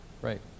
Right